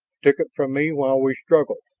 took it from me while we struggled!